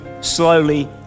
slowly